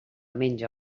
menja